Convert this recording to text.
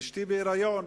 אשתי בהיריון,